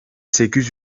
sekiz